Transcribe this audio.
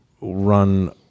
run